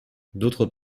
d’autre